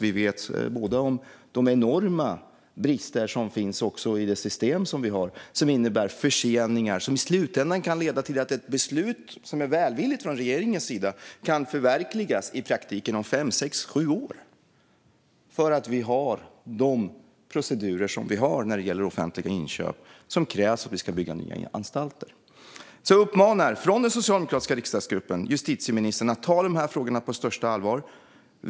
Vi känner båda till de enorma brister som finns i systemet, vilket leder till förseningar. I praktiken kan ett välvilligt beslut från regeringens sida förverkligas om fem till sju år. Det beror på de procedurer som finns för offentliga inköp och som krävs för att bygga nya anstalter. Den socialdemokratiska riksdagsgruppen uppmanar justitieministern att ta frågorna på största allvar.